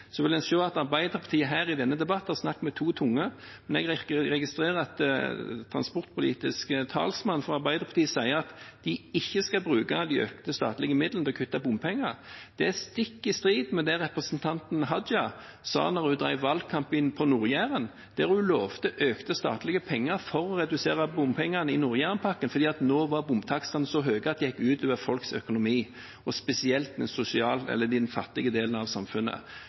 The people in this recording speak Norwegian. så vil en se at Arbeiderpartiet her i denne debatten har snakket med to tunger. Men jeg registrerer at transportpolitisk talsmann for Arbeiderpartiet sier at de ikke skal bruke de økte statlige midlene til å kutte bompenger. Det er stikk i strid med det representanten Tajik sa da hun drev valgkamp på Nord-Jæren, der hun lovte økte statlige midler for å redusere bompengene i Nord-Jærenpakken fordi nå var bomtakstene så høye at det gikk ut over folks økonomi, spesielt den fattige delen i samfunnet.